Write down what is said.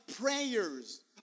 prayers